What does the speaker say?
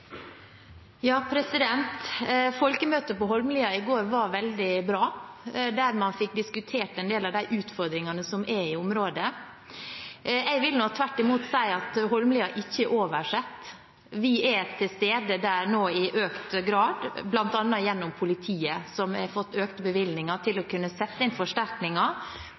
Folkemøtet på Holmlia i går var veldig bra, der man fikk diskutert en del av de utfordringene som er i området. Jeg vil tvert imot si at Holmlia ikke er oversett. Vi er til stede der nå i økende grad, bl.a. gjennom politiet, som har fått økte bevilgninger til å kunne sette inn forsterkninger,